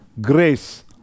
grace